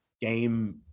game